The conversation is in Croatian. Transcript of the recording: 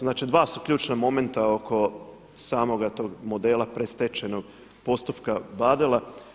Znači dva su ključna momenta oko samoga tog modela predstečajnog postupka Badela.